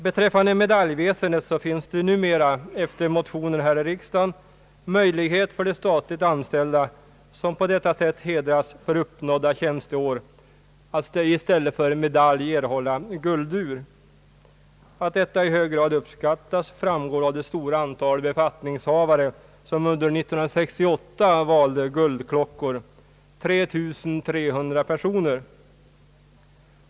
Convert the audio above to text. Beträffande medaljväsendet finns numera efter bifall till motioner i riksdagen möjlighet att ersätta medaljen med ett guldur till de statligt anställda som på det sättet skall hedras för uppnådda tjänsteår. Att detta i hög grad uppskattas framgår av att under 1968 ett stort antal personer — 3 300 — valde guldklocka.